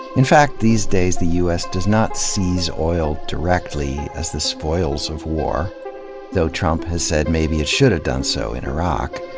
in fact, these days the u s. does not seize oil directly, as the spoils of war though trump has said maybe it should have done so in iraq.